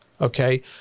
okay